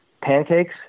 pancakes